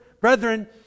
brethren